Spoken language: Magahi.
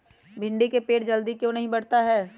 भिंडी का पेड़ जल्दी क्यों नहीं बढ़ता हैं?